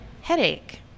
headache